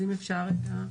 אם אפשר.